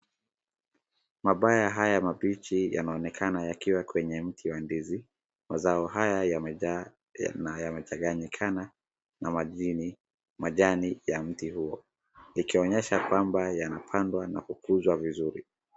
Mabaya haya mabichi yanaonekana yakiwa kwenye mti wa ndizi. Mazao haya yamejaa na yamechanganyikana na majini majani ya mti huo. Ikionyesha kwamba yanapandwa na kukuzwa vizuri.